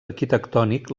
arquitectònic